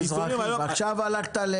עכשיו הלכת...